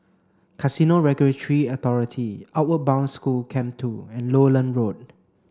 Casino Regulatory Authority Outward Bound School Camp two and Lowland Road